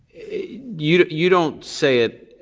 you you don't say it,